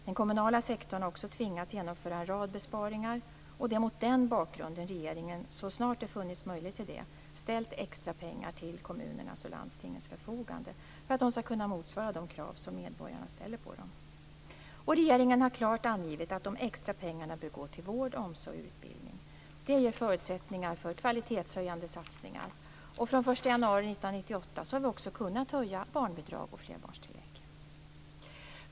Den kommunala sektorn har också tvingats genomföra en rad besparingar. Det är mot den bakgrunden regeringen, så snart det funnits möjlighet till det, ställt extra pengar till kommunernas och landstingens förfogande för att de skall kunna motsvara de krav som medborgarna ställer på dem. Regeringen har klart angivit att de extra pengarna bör gå till vård, omsorg och utbildning. Det ger förutsättningar för kvalitetshöjande satsningar. Från den 1 januari 1998 har vi också kunnat höja barnbidrag och flerbarnstillägg.